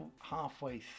halfway